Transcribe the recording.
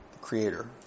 creator